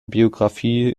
biographie